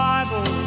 Bible